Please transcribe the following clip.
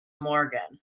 morgan